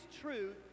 truth